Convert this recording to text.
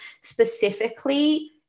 specifically